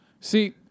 See